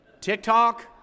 TikTok